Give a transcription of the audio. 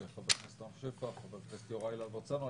חבר הכנסת רם שפע וחבר הכנסת יוראי להב הרצנו.